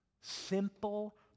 Simple